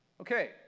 Okay